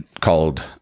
called